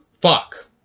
fuck